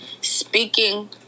speaking